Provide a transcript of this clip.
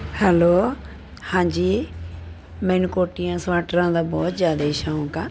hello ਹਾਂਜੀ ਮੈਨੂੰ ਕੋਟੀਆਂ ਸਵੈਟਰਾਂ ਦਾ ਬਹੁਤ ਜ਼ਿਆਦਾ ਸ਼ੌਂਕ ਆ